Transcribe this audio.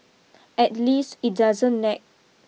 at least it doesn't nag